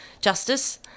justice